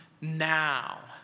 now